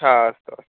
अस्तु अस्तु